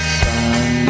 sun